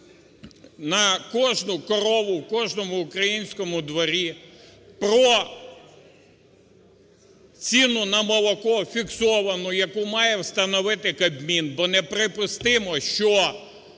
на кожну корову в кожному українському дворі, про ціну на молоко фіксовану, яку має встановити Кабмін. Бо неприпустимо, що